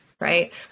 right